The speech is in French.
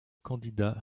candidats